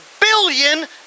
billion